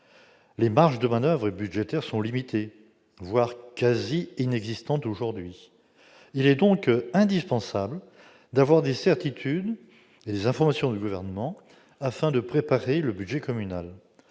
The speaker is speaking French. Les marges de manoeuvre budgétaires sont limitées, voire quasi inexistantes aujourd'hui. Il est donc indispensable d'avoir des certitudes et d'obtenir les informations nécessaires de la part du Gouvernement afin de préparer le budget communal.